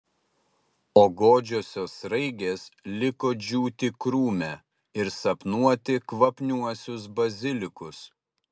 o godžiosios sraigės liko džiūti krūme ir sapnuoti kvapniuosius bazilikus